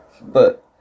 but-